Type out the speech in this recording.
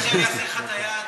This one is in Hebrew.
את היד.